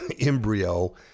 embryo